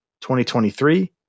2023